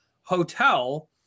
hotel